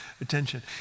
attention